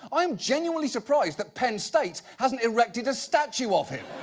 i am genuinely surprised that penn state hasn't erected a statue of him.